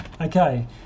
Okay